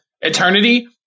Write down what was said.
eternity